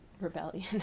rebellion